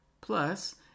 Plus